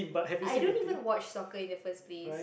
I don't even watch soccer in the first place